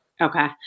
Okay